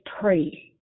pray